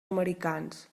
americans